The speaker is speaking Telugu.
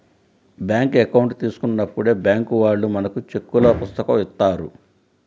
బ్యేంకు అకౌంట్ తీసుకున్నప్పుడే బ్యేంకు వాళ్ళు మనకు చెక్కుల పుస్తకం ఇత్తారు